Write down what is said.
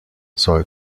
soll